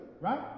right